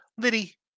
Liddy